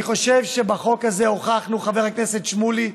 אני חושב שבחוק הזה הוכחנו, חבר הכנסת שמולי,